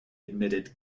admitted